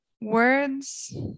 words